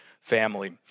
family